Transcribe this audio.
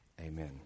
Amen